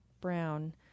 brown